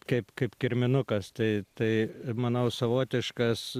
kaip kaip kirminukas tai tai manau savotiškas